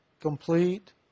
complete